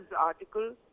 article